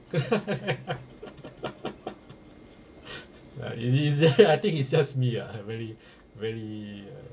ah is is that I think it's just me ah I very very